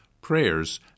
prayers